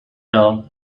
hill